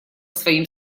своим